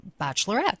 bachelorette